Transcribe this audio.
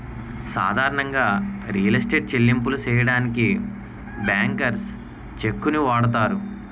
సాధారణంగా real estate చెల్లింపులు సెయ్యడానికి బ్యాంకర్స్ చెక్కుని వాడతారు